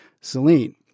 Celine